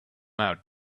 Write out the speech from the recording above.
out